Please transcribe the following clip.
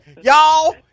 Y'all